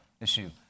issue